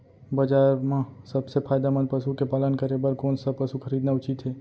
बजार म सबसे फायदामंद पसु के पालन करे बर कोन स पसु खरीदना उचित हे?